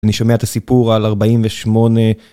אני שומע את הסיפור על 48.